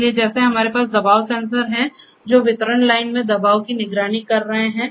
इसलिए जैसे हमारे पास दबाव सेंसर हैं जो वितरण लाइन में दबाव की निगरानी कर रहे हैं